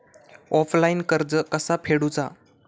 Offline कर्ज कसा फेडूचा?